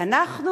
ואנחנו,